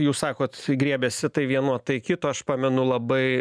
jūs sakot griebiasi tai vieno tai kito aš pamenu labai